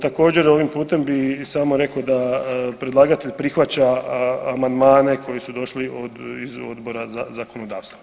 Također ovim putem bih samo rekao da predlagatelj prihvaća amandmane koji su došli iz Odbora za zakonodavstvo.